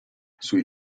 sui